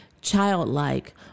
childlike